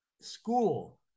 school